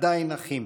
עדיין אחים.